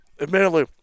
Admittedly